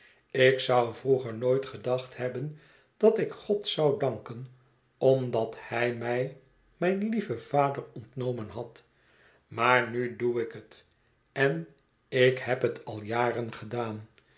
ik zou vroeger nooit gedacht hebben dat ik god zou danken omdat hij mij mijn lieven vader ontnomen had maar nu doe ik het en ik heb het al jaren gedaan